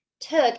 Took